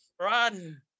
Run